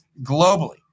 globally